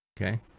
Okay